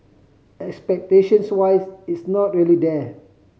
expectations wise it's not really there